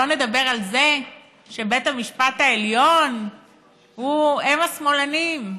לא נדבר על זה שבית המשפט העליון הוא אֵם השמאלנים.